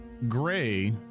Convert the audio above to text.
Gray